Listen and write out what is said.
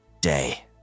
day